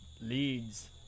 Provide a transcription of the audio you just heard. leads